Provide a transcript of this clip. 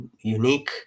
unique